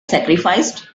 sacrificed